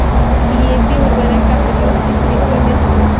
DAP उर्वरक का प्रयोग किस मिट्टी में होला?